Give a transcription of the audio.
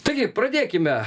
taigi pradėkime